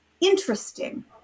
interesting